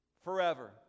forever